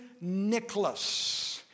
Nicholas